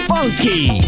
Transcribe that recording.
Funky